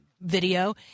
video